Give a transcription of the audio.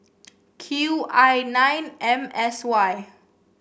Q I nine M S Y